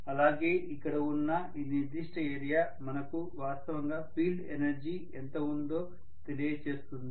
అలాగే ఇక్కడ ఉన్న ఈ నిర్దిష్ట ఏరియా మనకు వాస్తవంగా ఫీల్డ్ ఎనర్జీ ఎంత ఉందో తెలియజేస్తుంది